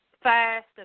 fast